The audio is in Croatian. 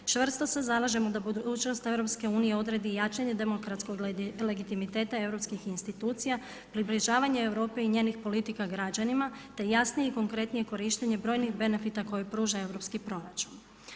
Čvrsto se zalažemo da budućnost EU odredi jačanje demokratskog legitimiteta europskih institucija, približavanje Europe i njenih politika građanima te jasnije i konkretnije korištenje brojnih benefita koja pruža europski proračun.